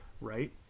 right